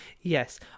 Yes